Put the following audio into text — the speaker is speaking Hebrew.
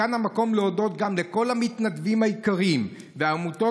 כאן המקום להודות גם לכל המתנדבים היקרים והעמותות